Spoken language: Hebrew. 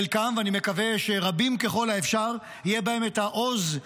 חלקם, ואני מקווה שרבים ככל האפשר, יהיה בהם העוז,